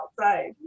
outside